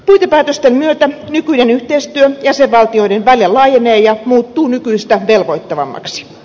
puitepäätösten myötä nykyinen yhteistyö jäsenvaltioiden välillä laajenee ja muuttuu nykyistä velvoittavammaksi